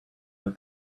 that